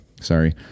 sorry